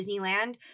Disneyland